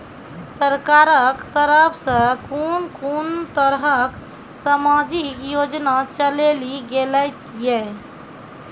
सरकारक तरफ सॅ कून कून तरहक समाजिक योजना चलेली गेलै ये?